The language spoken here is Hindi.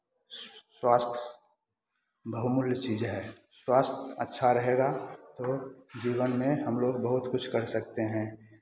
स्वास्थ्य बहुमूल्य चीज़ है स्वास्थ्य अच्छा रहेगा तो जीवन में हम लोग बहुत कुछ कर सकते हैं